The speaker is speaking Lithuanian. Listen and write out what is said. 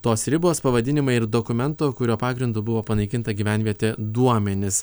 tos ribos pavadinimai ir dokumento kurio pagrindu buvo panaikinta gyvenvietė duomenys